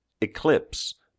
Eclipse